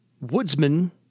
Woodsman